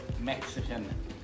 Mexican